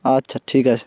আচ্ছা ঠিক আছে